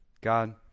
God